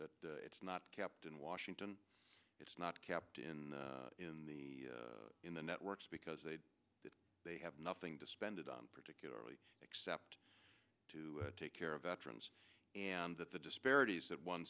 it's not kept in washington it's not kept in in the in the networks because they they have nothing to spend it on particularly except to take care of veterans and that the disparities that one